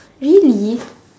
really